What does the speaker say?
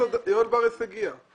יואל בריס הגיע.